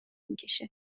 میکشه